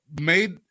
made